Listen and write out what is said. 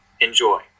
Enjoy